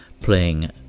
playing